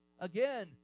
again